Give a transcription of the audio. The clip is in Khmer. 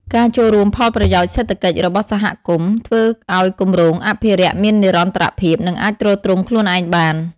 ការរួមបញ្ចូលផលប្រយោជន៍សេដ្ឋកិច្ចរបស់សហគមន៍ ធ្វើឱ្យគម្រោងអភិរក្សមាននិរន្តរភាព និងអាចទ្រទ្រង់ខ្លួនឯងបាន។